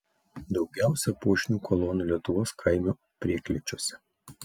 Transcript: daugiausia puošnių kolonų lietuvos kaimo prieklėčiuose